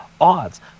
odds